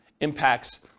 impacts